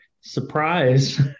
surprise